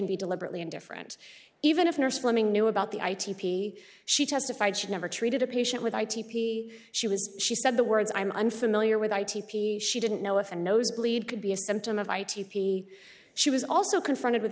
be deliberately indifferent even if they are slimming knew about the i t v she testified she never treated a patient with my t p she was she said the words i'm unfamiliar with she didn't know if the nose bleed could be a symptom of i t t she was also confronted with a